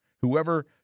Whoever